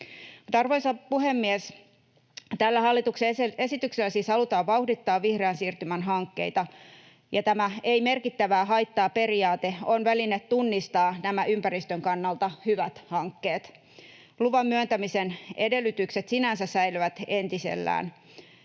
Arvoisa puhemies! Tällä hallituksen esityksellä siis halutaan vauhdittaa vihreän siirtymän hankkeita, ja tämä ei merkittävää haittaa ‑periaate on väline tunnistaa nämä ympäristön kannalta hyvät hankkeet. Luvan myöntämisen edellytykset sinänsä säilyvät entisellään,